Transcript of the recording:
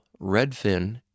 Redfin